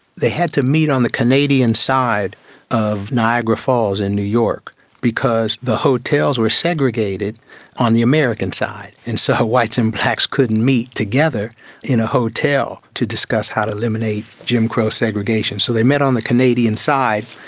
they had to meet on the canadian side of niagara falls in new york because the hotels were segregated on the american side, and so whites and blacks couldn't meet together in a hotel to discuss how to eliminate jim crow segregation. so they met on the canadian side,